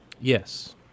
Yes